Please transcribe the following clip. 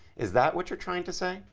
is that what you're trying to say?